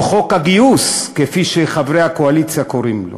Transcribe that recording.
או חוק הגיוס, כפי שחברי הקואליציה קוראים לו